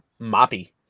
Moppy